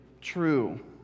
true